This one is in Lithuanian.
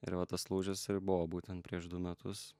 ir vat tas lūžis ir buvo būtent prieš du metus